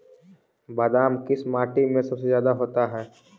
बादाम किस माटी में सबसे ज्यादा होता है?